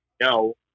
No